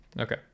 Okay